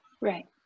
Right